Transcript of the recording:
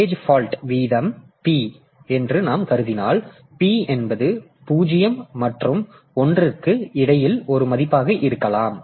ஒரு page fault வீதம் p என்று நாம் கருதினால் p என்பது 0 மற்றும் 1 க்கு இடையில் ஒரு மதிப்பாக இருக்கலாம்